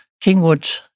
Kingwood